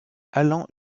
allant